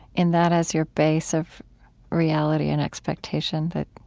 in that as your base of reality and expectation that,